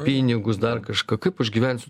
pinigus dar kažką kaip aš gyvensiu